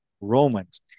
Romans